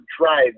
drive